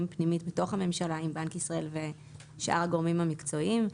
פנימית בתוך הממשלה עם בנק ישראל ושאר הגורמים המקצועיים.